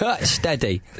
Steady